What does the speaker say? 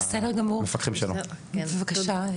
בסדר גמור, בבקשה.